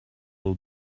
will